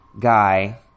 guy